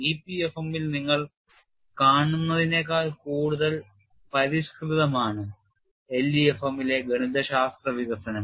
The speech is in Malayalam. EPFM ൽ നിങ്ങൾ കാണുന്നതിനേക്കാൾ കൂടുതൽ പരിഷ്കൃതമാണ് LEFM ലെ ഗണിതശാസ്ത്ര വികസനം